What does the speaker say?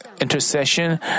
intercession